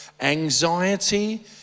Anxiety